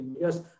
Yes